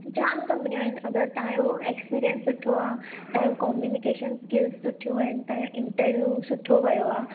जामु कम्पनियूं आहिनि अगरि तव्हांजो एक्सपीरियंस सुठो आहे तव्हांजो कॉम्युनिकेशन स्किल सुठियूं आहिनि तव्हांजो इंटरवियूं सुठो वियो आहे त